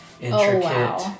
intricate